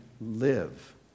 live